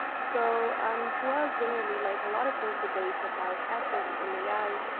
so um to us, generally, like a lot of those debates about ethics and ai,